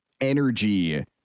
energy